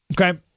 Okay